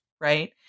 right